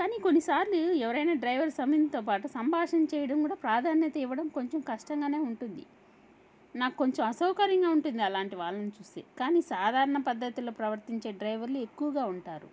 కానీ కొన్నిసార్లు ఎవరైనా డ్రైవర్ సంతో పాటు సంభాషణ చేయడం కూడా ప్రాధాన్యత ఇవ్వడం కొంచెం కష్టంగానే ఉంటుంది నాకు కొంచెం అసౌకర్యంగా ఉంటుంది అలాంటి వాళ్ళని చూస్తే కానీ సాధారణ పద్ధతిలో ప్రవర్తించే డ్రైవర్లు ఎక్కువగా ఉంటారు